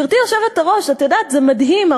גברתי היושבת-ראש, את יודעת, זה מדהים.